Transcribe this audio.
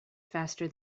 faster